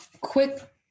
quick